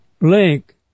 link